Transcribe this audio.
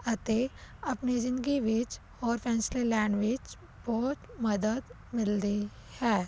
ਅਤੇ ਆਪਣੀ ਜ਼ਿੰਦਗੀ ਵਿੱਚ ਔਰ ਫੈਂਸਲੇ ਲੈਣ ਵਿੱਚ ਬਹੁਤ ਮਦਦ ਮਿਲਦੀ ਹੈ